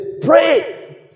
pray